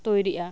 ᱛᱚᱭᱨᱤᱜᱼᱟ